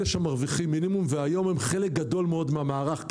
אלה שמרוויחים מינימום והיום הם חלק גדול מאוד מהמערך.